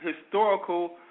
historical